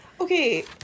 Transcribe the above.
Okay